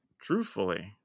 Truthfully